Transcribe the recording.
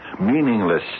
meaningless